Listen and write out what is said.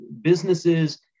businesses